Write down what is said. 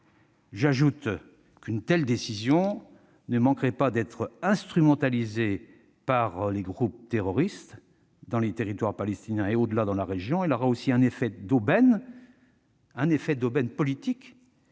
J'ajoute qu'une telle décision ne manquerait pas d'être instrumentalisée par les groupes terroristes, dans les territoires palestiniens et, au-delà, dans la région. Elle aura aussi un effet d'aubaine politique